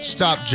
Stop